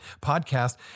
podcast